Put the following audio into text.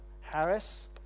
Harris